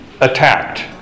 attacked